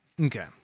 Okay